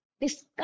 discuss